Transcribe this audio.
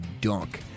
dunk